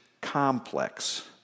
complex